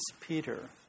Peter